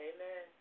Amen